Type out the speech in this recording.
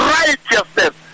righteousness